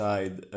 Side